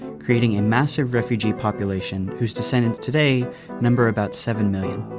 creating a massive refugee population whose descendants today number about seven million.